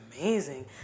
amazing